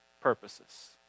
purposes